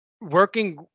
working